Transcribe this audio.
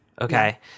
okay